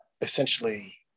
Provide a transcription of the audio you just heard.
essentially